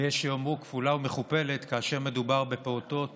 ויש שיאמרו כפולה ומכופלת, כאשר מדובר בפעוטות